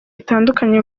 bitandukanye